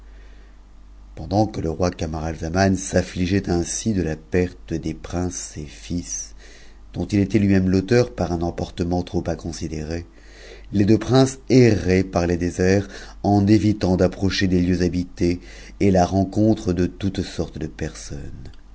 pendant que le roi camaralzaman s'affligeait ainsi de la perte des p ces ses fils dont il était lui-même l'auteur par un emportement tm inconsidéré les deux princes erraient par les déserts en évitant d'app cher des lieux habités et la rencontre de toutes sortes de personnes